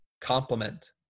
complement